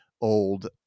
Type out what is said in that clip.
old